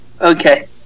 Okay